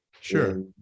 sure